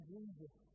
Jesus